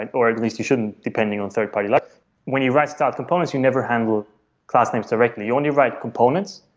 and or at least you shouldn't depending on third party. like when you write out components, you never handle class names directly. you only write components,